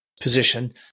position